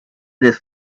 this